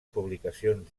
publicacions